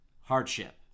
hardship